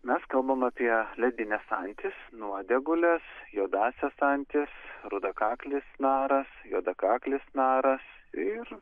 mes kalbam apie ledines antis nuodėgules juodąsias antis rudakaklis naras juodakaklis naras ir